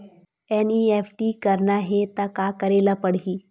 NEFT करना हे त का करे ल पड़हि?